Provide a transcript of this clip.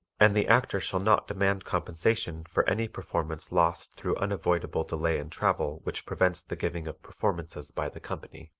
and the actor shall not demand compensation for any performance lost through unavoidable delay in travel which prevents the giving of performances by the company.